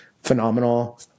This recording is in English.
phenomenal